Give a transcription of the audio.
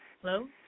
Hello